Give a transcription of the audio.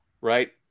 Right